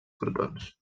protons